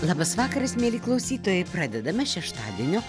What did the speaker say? labas vakaras mieli klausytojai pradedame šeštadienio